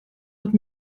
let